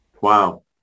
Wow